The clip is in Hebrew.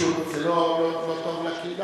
שוב, זה לא טוב לקהילה.